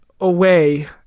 away